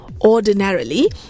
Ordinarily